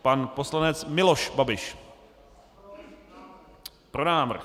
Pan poslanec Miloš Babiš: Pro návrh.